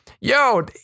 yo